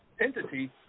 entity